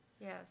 yes